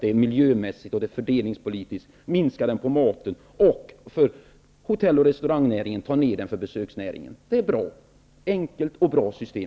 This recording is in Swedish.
Det är miljömässigt och fördelningspolitiskt riktigt. Man skall minska momsen på maten, för hotell och restaurangnäringen och för besöksnäringen. Det är bra. Vi föreslår ett enkelt och bra system.